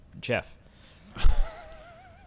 Jeff